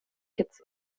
kitts